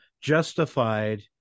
justified